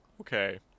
Okay